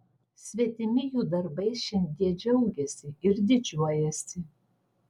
svetimi jų darbais šiandie džiaugiasi ir didžiuojasi